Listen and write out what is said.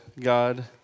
God